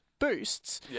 boosts